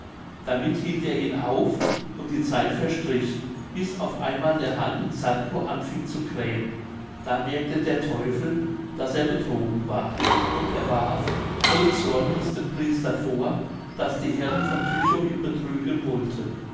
damit hielt er ihn auf und die zeit verstrich bis auf einmal der hahn in zadkow anfing zu krähen da merkte der teufel daß er betrogen war und er warf voll zornes dem priester vor daß die herren von tychow ihn betrügen wollten